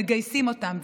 מגייסים אותן,